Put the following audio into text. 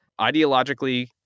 ideologically